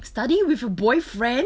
study with your boyfriend